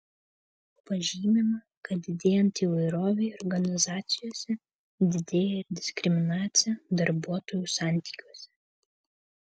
pažymima kad didėjant įvairovei organizacijose didėja ir diskriminacija darbuotojų santykiuose